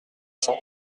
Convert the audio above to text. cent